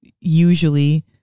Usually